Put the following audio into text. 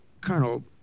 Colonel